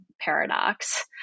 paradox